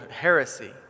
heresy